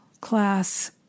class